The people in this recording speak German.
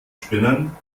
spinnern